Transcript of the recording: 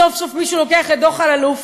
סוף-סוף מישהו לוקח את דוח אלאלוף